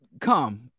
come